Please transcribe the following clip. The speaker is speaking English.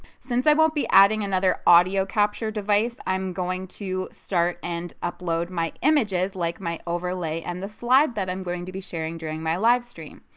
since i won't be adding another audio capture device i'm going to start and upload my images like my overlay and the slide that i'm going to be sharing during my live stream.